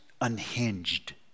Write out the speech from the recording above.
unhinged